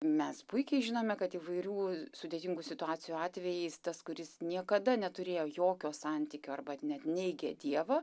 mes puikiai žinome kad įvairių sudėtingų situacijų atvejais tas kuris niekada neturėjo jokio santykio arba net neigia dievą